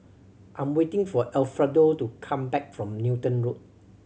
I am waiting for Alfredo to come back from Newton Road